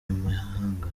imahanga